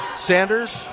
Sanders